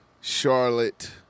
Charlotte